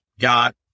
got